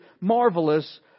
marvelous